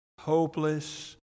hopeless